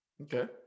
Okay